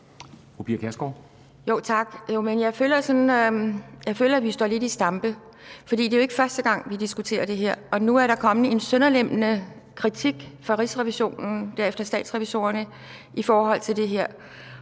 Pia Kjærsgaard (DF): Tak. Jeg føler, vi står lidt i stampe, for det er jo ikke første gang, vi diskuterer det her. Og nu er der kommet en sønderlemmende kritik fra Rigsrevisionen – derefter Statsrevisorerne – i forhold til det her.